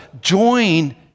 join